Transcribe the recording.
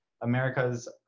America's